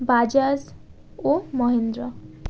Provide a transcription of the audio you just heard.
বাজাজ ও মাহিন্দ্রা